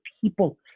people